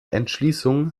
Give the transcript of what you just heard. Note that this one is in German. entschließung